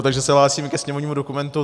Takže se hlásím ke sněmovnímu dokumentu 3808.